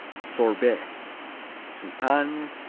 sorbais champagne,